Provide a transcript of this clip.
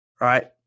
Right